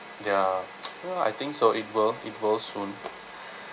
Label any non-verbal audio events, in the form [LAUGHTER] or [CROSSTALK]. ya [NOISE] ya I think so it will it will soon